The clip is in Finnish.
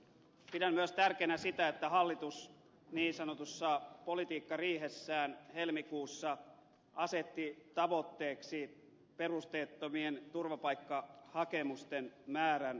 pidän myös tärkeänä sitä että hallitus niin sanotussa politiikkariihessään helmikuussa asetti tavoitteeksi perusteettomien turvapaikkahakemusten määrän vähentämisen